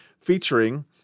featuring